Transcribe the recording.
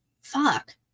Fuck